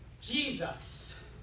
Jesus